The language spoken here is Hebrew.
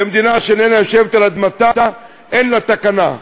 מדינה שאיננה יושבת על אדמתה, אין לה תקנה.